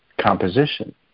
composition